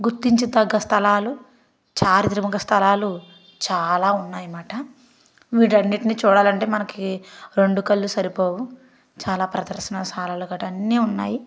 గుర్తించదగ్గ స్థలాలు చారిత్రక స్థలాలు చాలా ఉన్నాయి మాట వీటన్నిటిని చూడాలంటే మనకి రెండు కళ్ళు సరిపోవు చాలా ప్రదర్శనా స్ధలాలు గట్టా అన్నీ ఉన్నాయి